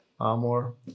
Amor